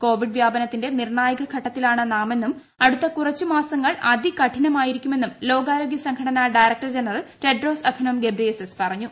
Covid വ്യാപനത്തിന്റെ നിർണ്ണായക ഘട്ടത്തിലാണ് നാമെന്നും അടുത്ത കുറച്ച് മാസങ്ങൾ അതികഠിനമായിരിക്കുമെന്നും ലോകാരോഗൃ സംഘടനാ director general Tedros Adhanom Ghebreyesus പറഞ്ഞു